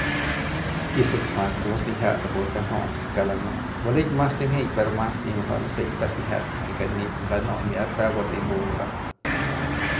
Y sutjuat ku pu stinjia rapu kanju re kauk lanu'ut y buleik mas timji'i per mas nip munujuꞌu nuseik peuk stinjia porke nip lanu'u biiat peuk batei mbu ngul'a.